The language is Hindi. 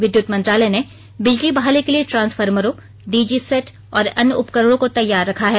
विद्युत मंत्रालय ने बिजली बहाली के लिए ट्रांसफर्मरों डीजी सेट और अन्य उपकरणों को तैयार रखा है